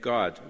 God